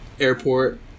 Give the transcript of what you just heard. Airport